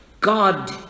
God